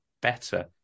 better